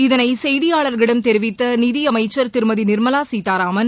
இதனை செய்தியாளர்களிடம் தெரிவித்த நிதி அமைச்சர் திருமதி நிர்மலா சீதாராமன்